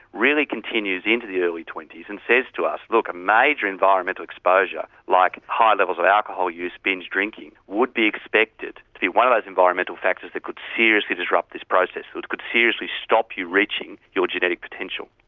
really continues into the early twenty s and says to us look, a major environmental exposure like high levels of alcohol use, binge drinking would be expected to be one of those environmental factors that could seriously disrupt this process, could seriously stop you reaching your genetic potential.